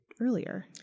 earlier